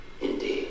indeed